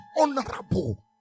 honorable